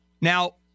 Now